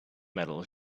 metal